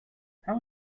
how